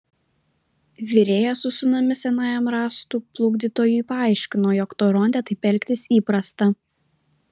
virėjas su sūnumi senajam rąstų plukdytojui paaiškino jog toronte taip elgtis įprasta